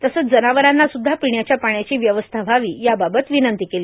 तसंच जनावरांना सुद्धा पिण्याच्या पाण्याची व्यवस्था व्हावी याबाबत विनंती केली